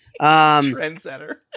Trendsetter